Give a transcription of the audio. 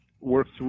works